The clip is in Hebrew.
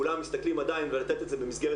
כולם משתדלים עדיין לתת את זה במסגרת